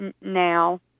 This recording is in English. now